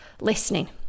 listening